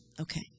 Okay